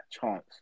chance